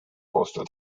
postal